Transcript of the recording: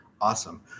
awesome